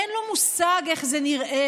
אין לו מושג איך זה נראה,